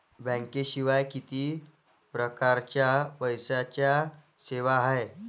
बँकेशिवाय किती परकारच्या पैशांच्या सेवा हाय?